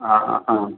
ആ ആ ആ